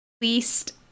least